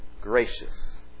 gracious